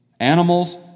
Animals